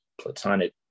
platonic